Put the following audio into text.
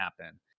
happen